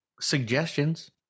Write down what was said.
suggestions